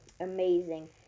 amazing